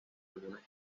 algunas